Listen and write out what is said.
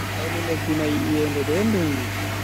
Hawlu lesdi mai iyende be dungu.